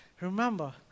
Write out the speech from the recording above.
remember